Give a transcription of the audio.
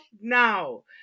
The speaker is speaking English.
now